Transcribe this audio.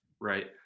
right